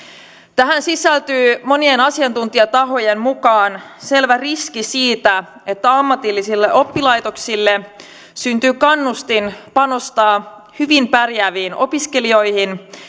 tähän sisältyy monien asiantuntijatahojen mukaan selvä riski siitä että ammatillisille oppilaitoksille syntyy kannustin panostaa hyvin pärjääviin opiskelijoihin